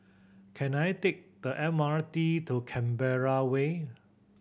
can I take the M R T to Canberra Way